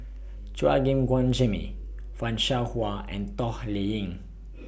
Chua Gim Guan Jimmy fan Shao Hua and Toh Liying